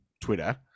Twitter